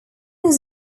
was